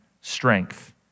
strength